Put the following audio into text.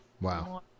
Wow